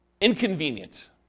inconvenient